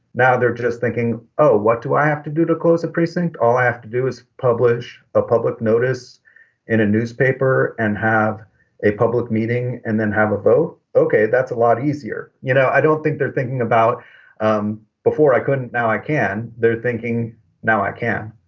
now they're just thinking, oh, what do i have to do to close a precinct? all i have to do is publish a public notice in a newspaper and have a public meeting and then have a vote. ok, that's a lot easier. you know, i don't think they're thinking about um before i couldn't. now i can. they're thinking now i can